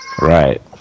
right